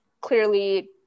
clearly